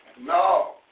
No